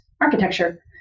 Architecture